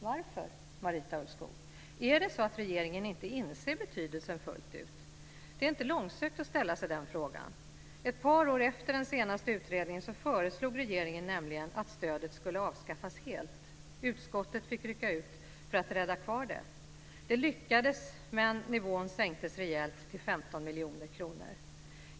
Varför, Marita Ulvskog? Är det så att regeringen inte inser betydelsen fullt ut? Det är inte långsökt att ställa sig den frågan. Ett par år efter den senaste utredningen föreslog regeringen nämligen att stödet skulle avskaffas helt. Utskottet fick rycka ut för att rädda kvar det. Det lyckades, men nivån sänktes rejält till 15 miljoner kronor.